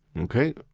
okay,